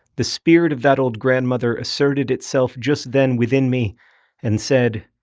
the spirit of that old grandmother asserted itself just then within me and said,